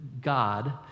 God